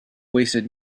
wasted